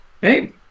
Hey